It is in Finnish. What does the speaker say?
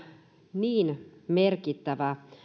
niin merkittävä